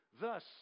Thus